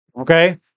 okay